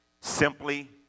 Simply